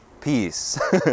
peace